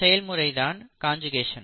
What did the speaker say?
செயல்முறை தான் காஞ்சுகேஷன்